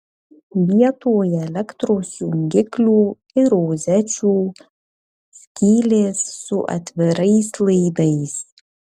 vietoj elektros jungiklių ir rozečių skylės su atvirais laidais